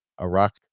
Iraq